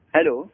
Hello